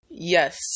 Yes